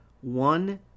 one